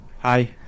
Hi